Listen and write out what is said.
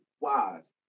wise